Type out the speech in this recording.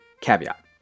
Caveat